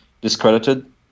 discredited